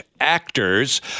actors